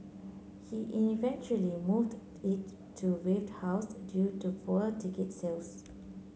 he eventually moved it to Wave House due to poor ticket sales